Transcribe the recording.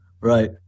Right